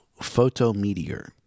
photometeor